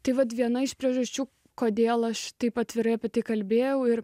taip pat viena iš priežasčių kodėl aš taip atvirai apie tai kalbėjau ir